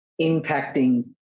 impacting